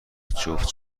جفت